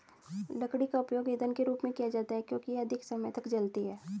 लकड़ी का उपयोग ईंधन के रूप में किया जाता है क्योंकि यह अधिक समय तक जलती है